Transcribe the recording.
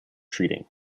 treating